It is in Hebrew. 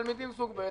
תלמידים סוג ב',